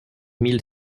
mille